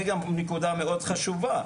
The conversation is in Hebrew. זה גם נקודה מאוד חשובה.